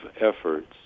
efforts